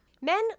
Men